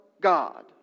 God